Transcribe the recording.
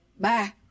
Bye